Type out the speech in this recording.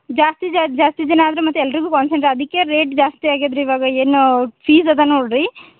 ಜಾಸ್ತಿ ಜಾಸ್ತಿ ಜನ ಆದರೆ ಮತ್ತು ಎಲ್ಲರಿಗೂ ಅದಕ್ಕೆ ರೇಟ್ ಜಾಸ್ತಿ ಆಗ್ಯದೆ ರೀ ಇವಾಗ ಏನು ಫೀಸ್ ಅದು ನೋಡ್ರಿ